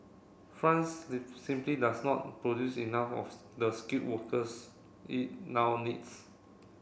France simply does not produce enough of the skilled workers it now needs